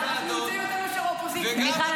מיכל,